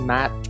Matt